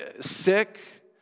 sick